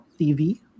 TV